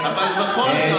אבל בכל זאת,